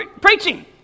preaching